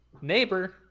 neighbor